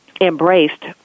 embraced